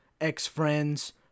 ex-friends